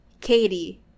Katie